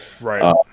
Right